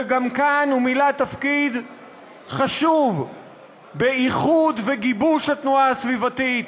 וגם כאן הוא מילא תפקיד חשוב באיחוד ובגיבוש של התנועה הסביבתית,